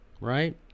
right